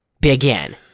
Begin